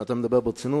אתה מדבר ברצינות?